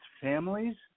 families